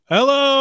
Hello